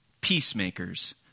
peacemakers